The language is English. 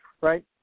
right